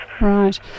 Right